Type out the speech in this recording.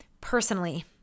Personally